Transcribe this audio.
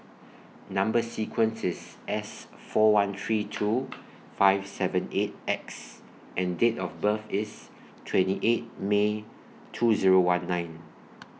Number sequence IS S four one three two five seven eight X and Date of birth IS twenty eight May two Zero one nine